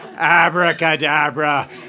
Abracadabra